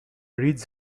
read